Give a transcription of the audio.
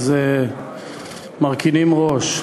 אז מרכינים ראש.